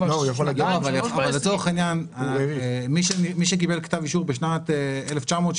לצורך העניין, מי שקיבל כתב אישור בשנת 1974